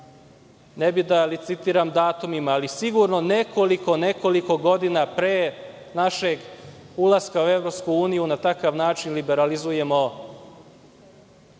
ne bih da licitiram datumima ali sigurno nekoliko godina pre našeg ulaska u EU, na takav način liberalizujemo